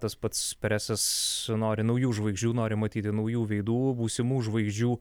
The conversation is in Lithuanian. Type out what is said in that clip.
tas pats presas nori naujų žvaigždžių nori matyti naujų veidų būsimų žvaigždžių